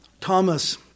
Thomas